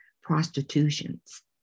prostitutions